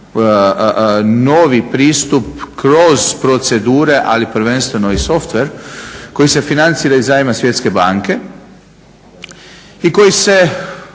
novi pristup kroz procedure, ali prvenstveno i softver koji se financira iz zajma Svjetske banke i koji se